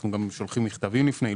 אנחנו גם שולחים מכתבים לפני כן.